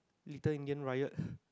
Little Indian Ryat